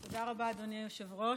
תודה רבה, אדוני היושב-ראש.